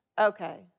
Okay